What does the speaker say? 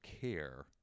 care